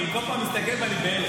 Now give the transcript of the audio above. אני כל פעם מסתכל ואני בהלם.